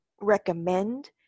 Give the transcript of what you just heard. recommend